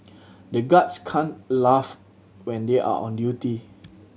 the guards can't laugh when they are on duty